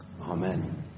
Amen